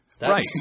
Right